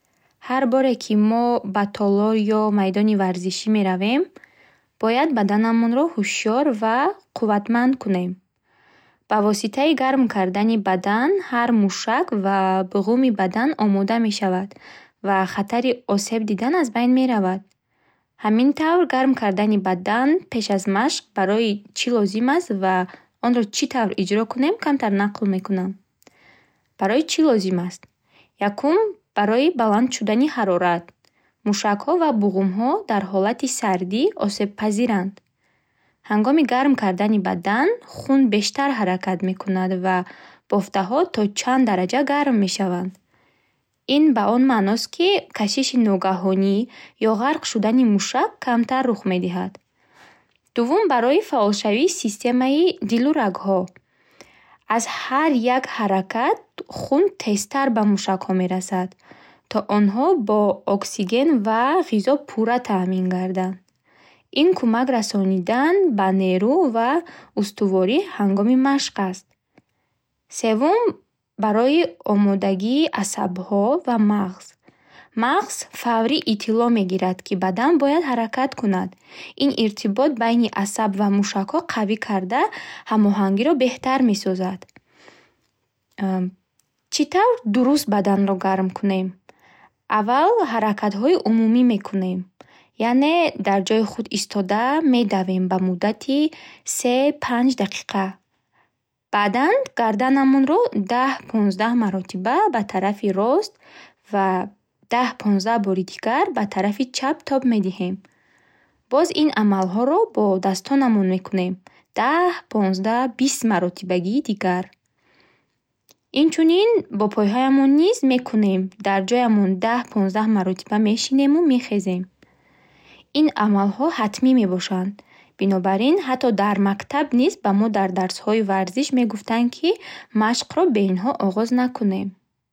Ҳар боре ки мо ба толор ё майдони варзишӣ меравем бояд баданамонро ҳушёр ва қувватманд кунем. Ба воситаи гарм кардани бадан ҳар мушак ва буғуми бадан омода мешавад ва хатари осеб дидан аз байн меравад. Ҳамин тавр гарм кардани бадан пеш аз машқ барои чи лозим аст ва онро чи тавр иҷро кунем камтар накл мекунам. Барои чи лозим аст? Якум барои баланд шудани ҳарорат. Мушакҳо ва буғумҳо дар ҳолати сардӣ осебпазиранд. Ҳангоми гарм кардани бадан хун бештар ҳаракат мекунад ва бофтаҳо то чанд дараҷа гарм мешаванд. Ин ба он маъност ки кашиши ногаҳонӣ ё ғарқ шудани мушак камтар рӯх медиҳад. Дувум барои фаъолшавии системаи дилу рагҳо. Аз ҳар як ҳаракат хун тезтар ба мушакҳо мерасад то онҳо бо оксиген ва ғизо пурра таъмин гарданд. Ин кӯмакрасонидан ба нерӯ ва устувории ҳангоми машқ аст. Севум барои омодагии асабҳо ва мағз. Мағз фаврӣ иттилоъ мегирад ки бадан бояд ҳаракат кунад. Ин иртибот байни асаб ва мушакҳо қавӣ карда ҳамоҳангиро беҳтар месозад. Ммм чи тавр дуруст баданро гарм кунем? Аввал ҳаракатҳои умумӣ мекунем. Яъне дар ҷои худ истода медавем ба муддати се панҷ дақиқа. Баъдан гарданамонро даҳ понздаҳ маротиба ба тарафи рост ва даҳ понздаҳ бори дигар ба тарафи чап тоб медиҳем. Боз ин амалҳоро бо дастонамон мекунем даҳ понздаҳ бист маротибагии дигар. Инчунин бо пойҳоямон низ мекунем. Дар ҷоямон даҳ понздаҳ маротиба мешинему мехезем. Ин амалҳо ҳатмӣ мебошанд бинобар ин ҳатто дар мактаб низ ба мо дар дарсҳои варзиш мегуфтанд ки машқро бе инҳо оғоз накунем.